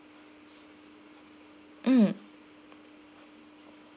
mm